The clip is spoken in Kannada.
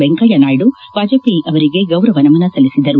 ವೆಂಕಯ್ಯನಾಯು ಡ ವಾಜಪೇಯಿ ಅವರಿಗೆ ಗೌರವ ನಮನ ಸಲ್ಲಿಸಿದರು